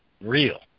real